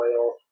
oil